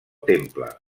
temple